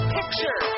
Picture